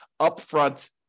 upfront